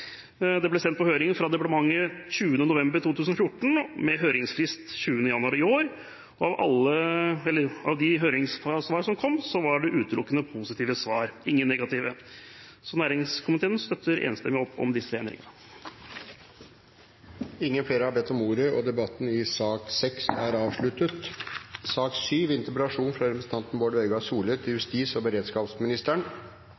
Det ble sendt på høring fra departementet 20. november 2014, med høringsfrist 20. januar i år. Av de høringssvar som kom, var det utelukkende positive svar, ingen negative. Næringskomiteen støtter enstemmig opp om disse endringene. Flere har ikke bedt om ordet til sak nr. 6. Det er 70 år sidan frigjeringa, noko som skal feirast med glede, og som skal brukast til å hugse. Det er vår felles historie, og